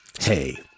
Hey